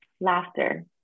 Laughter